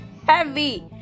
Heavy